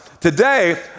Today